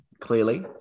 clearly